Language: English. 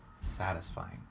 satisfying